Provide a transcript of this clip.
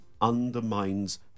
undermines